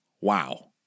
Wow